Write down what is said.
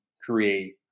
create